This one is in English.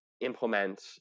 implement